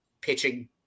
pitching